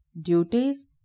duties